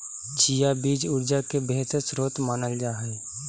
chia बीज ऊर्जा के बेहतर स्रोत मानल जा हई